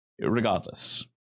regardless